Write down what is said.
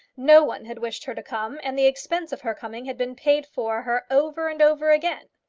no one had wished her to come, and the expense of her coming had been paid for her over and over again.